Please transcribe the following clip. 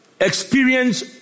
experience